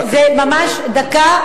זה ממש דקה,